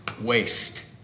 waste